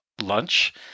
lunch